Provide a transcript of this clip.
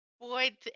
Boyd